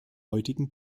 heutigen